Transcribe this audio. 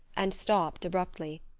and stopped abruptly.